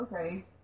okay